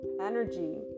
energy